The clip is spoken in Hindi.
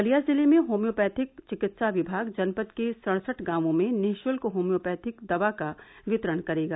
बलिया जिले में होम्योपैथिक विकित्सा विभाग जनपद के सड़सठ गांवों में निःशुल्क होम्योपैथिक दवा का वितरण करेगा